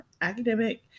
academic